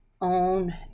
own